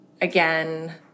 again